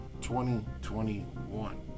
2021